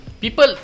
people